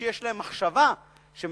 יש להם מחשבה שמדברת,